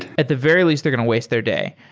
at the very least, they're going to waste their day.